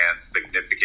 significant